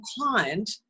client